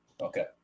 Okay